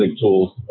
tools